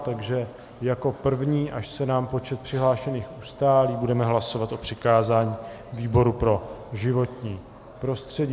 Takže jako první, až se nám počet přihlášených ustálí, budeme hlasovat o přikázání výboru pro životní prostředí.